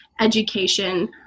education